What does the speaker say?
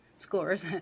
scores